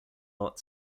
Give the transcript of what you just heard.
lot